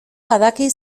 badaki